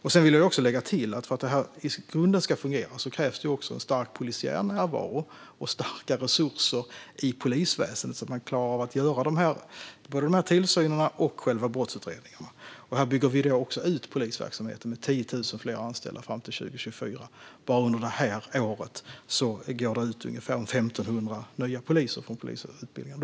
Sedan vill jag också lägga till att för att det här i grunden ska fungera krävs också en stark polisiär närvaro och starka resurser i polisväsendet så att man klarar av att göra tillsynen och själva brottsutredningen. Vi bygger ut polisverksamheten med 10 000 fler anställda fram till 2024. Bara under det här året kommer ungefär 1 500 nya poliser ut från polisutbildningen.